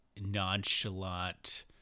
nonchalant